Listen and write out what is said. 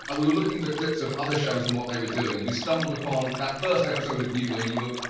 and we were looking for clips of other shows and what they were doing and we stumbled upon that first episode of you when you were,